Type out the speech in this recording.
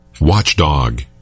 Watchdog